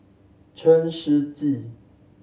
Chen Shiji